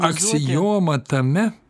aksioma tame